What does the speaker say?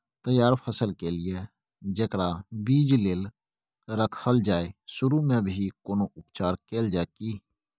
तैयार फसल के लिए जेकरा बीज लेल रखल जाय सुरू मे भी कोनो उपचार कैल जाय की?